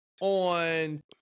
On